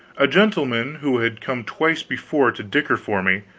a gentleman who had come twice before to dicker for me,